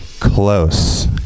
Close